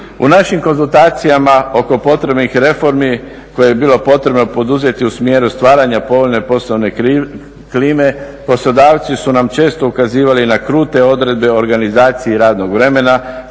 U našim konzultacijama oko potrebnih reformi koje je bilo potrebno poduzeti u smjeru stvaranja povoljne poslovne klime poslodavci su nam često ukazivali na krute odredbe o organizaciji radnog vremena